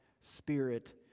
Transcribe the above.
Spirit